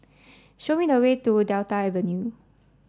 show me the way to Delta Avenue